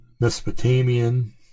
Mesopotamian